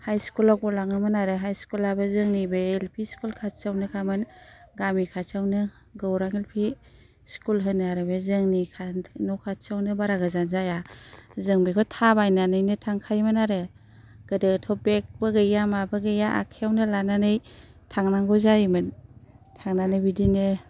हाइस्कुलाव गलाङोमोन आरो हाइस्कुलाबो जोंनि बे एल पि स्कुल खाथियावखामोन गामि खाथियावनो गौरां एल पि स्कुल होनो आरो बे जोंनि न' खाथियावनो बारा गोजान जाया जों बेखौ थाबायनानैनो थांखायोमोन आरो गोदोथ' बेग बो गैया माबो गैया आखाइयावनो लानानै थांनांगौ जायोमोन थांनानै बिदिनो